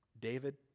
David